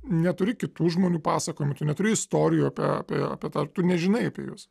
neturi kitų žmonių pasakojimų tu neturi istorijų apie apie tą tu nežinai apie juos